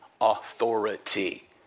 authority